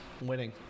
winning